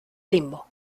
limbo